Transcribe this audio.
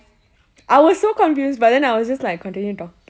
I was so confused but then I was like continue talking